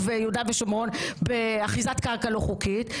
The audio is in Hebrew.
יהודה ושומרון באחיזת קרקע לא חוקית,